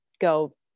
go